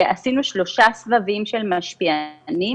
עשינו שלושה סבבים של משפיענים,